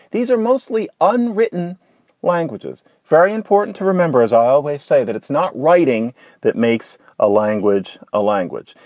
these are mostly unwritten languages. very important to remember, as i always say, that it's not writing that makes a language, a language.